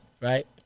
right